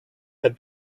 had